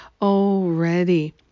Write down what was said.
already